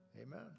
amen